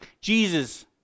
Jesus